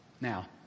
Now